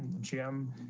jim,